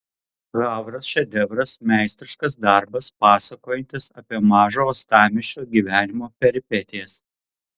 havras šedevras meistriškas darbas pasakojantis apie mažo uostamiesčio gyvenimo peripetijas